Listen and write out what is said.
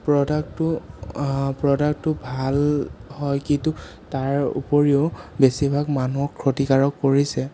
প্ৰডাক্টটো প্ৰডাক্টটো ভাল হয় কিন্তু তাৰ উপৰিও বেছিভাগ মানুহক ক্ষতিকাৰো কৰিছে